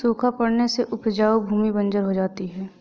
सूखा पड़ने से उपजाऊ भूमि बंजर हो जाती है